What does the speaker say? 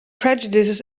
prejudices